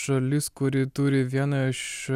šalis kuri turi vieną iš